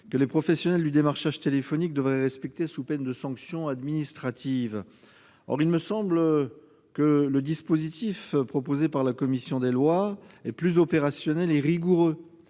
que les professionnels du démarchage téléphonique devraient respecter sous peine de sanction administrative. Or le dispositif proposé par la commission des lois me semble plus opérationnel et rigoureux